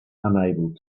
unable